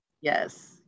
Yes